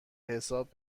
حساب